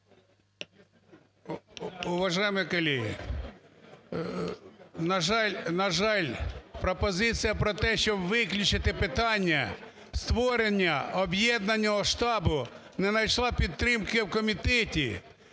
Уважаемые коллеги, на жаль, пропозиція про те, щоб виключити питання створення об'єднаного штабу, не знайшла підтримки в комітеті.